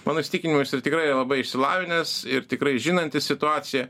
mano įsitikinimu jisai tikrai labai išsilavinęs ir tikrai žinantis situaciją